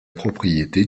propriété